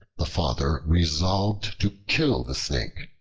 the father resolved to kill the snake.